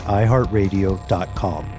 iHeartRadio.com